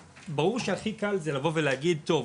ברור שהכי קל זה לבוא ולהגיד: טוב,